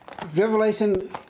Revelation